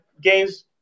games